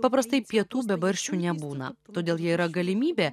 paprastai pietų be barščių nebūna todėl jie yra galimybė